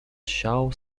siał